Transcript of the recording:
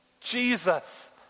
Jesus